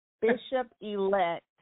Bishop-elect